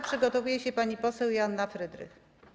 Przygotowuje się pani poseł Joanna Frydrych.